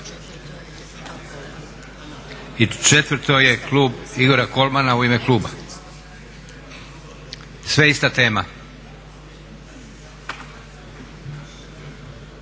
i četvrto je klub Igora Kolmana u ime kluba. Sve ista tema.